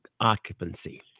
occupancy